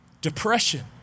depression